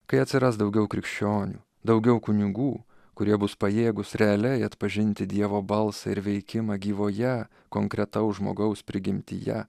kai atsiras daugiau krikščionių daugiau kunigų kurie bus pajėgūs realiai atpažinti dievo balsą ir veikimą gyvoje konkretaus žmogaus prigimtyje